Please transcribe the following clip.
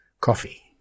Coffee